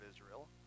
Israel